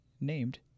named